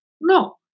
No